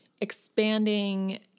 expanding